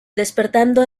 despertando